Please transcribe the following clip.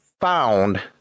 found